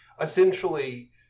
essentially